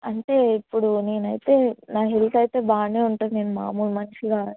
అంటే ఇప్పుడు నేనైతే నా హెల్త్ అయితే బాగానే ఉంటుంది మాములు మనిషిలా